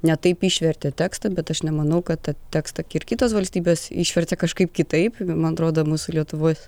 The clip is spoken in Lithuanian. ne taip išvertė tekstą bet aš nemanau kad tekstą kitos valstybės išvertė kažkaip kitaip man atrodo mūsų lietuvoj